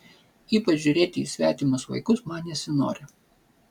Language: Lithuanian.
ypač žiūrėti į svetimus vaikus man nesinori